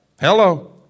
Hello